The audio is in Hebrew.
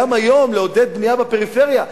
גם היום לעודד בנייה בפריפריה,